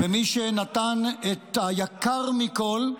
במי שנתן את היקר מכול,